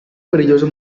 perillosa